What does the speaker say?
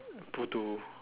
bodoh